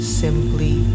simply